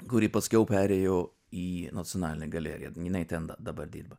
kuri paskiau perėjo į nacionalinę galeriją jinai ten dabar dirba